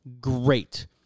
great